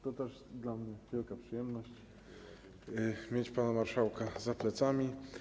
To też dla mnie wielka przyjemność mieć pana marszałka za plecami.